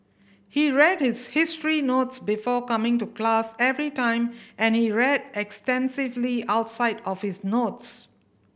he read his history notes before coming to class every time and he read extensively outside of his notes